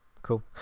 cool